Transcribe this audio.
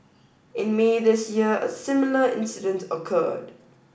in May this year a similar incident occurred